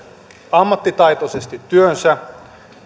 ammattitaitoisesti työnsä